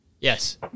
Yes